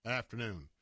afternoon